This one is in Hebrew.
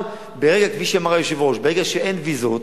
אבל, כפי שאמר היושב-ראש, ברגע שאין ויזות